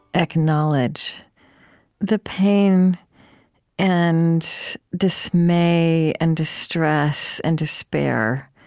acknowledge the pain and dismay and distress and despair